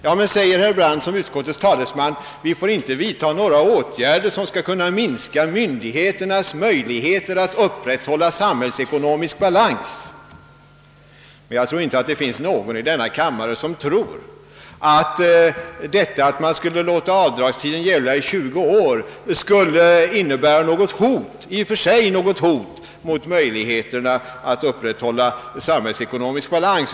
Ja men, säger herr Brandt som utskottets talesman, vi får inte vidtaga några åtgärder som skall kunna minska myndigheternas möjligheter att upprätthålla samhällsekonomisk balans. Det finns nog ingen i denna kammare som tror att förslaget att utsträcka avdragstiden till 20 år i och för sig skulle innebära något hot mot möjligheterna att upprätthålla samhällsekonomisk balans.